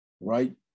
right